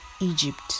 egypt